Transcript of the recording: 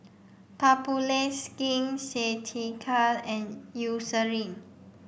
Papulex Skin Ceuticals and Eucerin